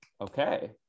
Okay